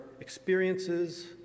experiences